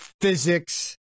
physics